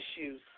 issues